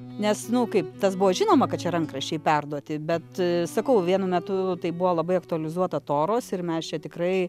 nes nu kaip tas buvo žinoma kad čia rankraščiai perduoti bet sakau vienu metu tai buvo labai aktualizuota toros ir mes čia tikrai